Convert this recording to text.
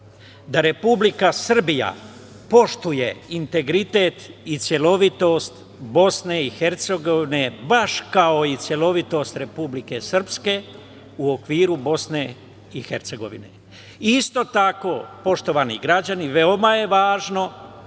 da Republika Srbija poštuje integritet i celovitost BiH baš kao i celovitost Republike Srpske u okviru BiH. Isto tako, poštovani građani, veoma je važno